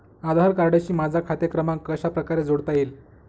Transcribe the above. आधार कार्डशी माझा खाते क्रमांक कशाप्रकारे जोडता येईल?